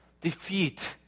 defeat